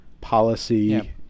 policy